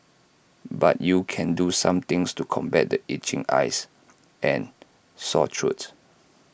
but you can do some things to combat the itching eyes and sore throats